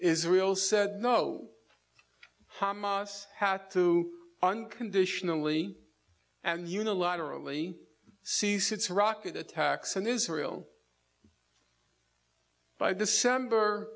israel said no hamas had to unconditionally and unilaterally cease its rocket attacks in israel by december